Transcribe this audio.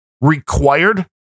required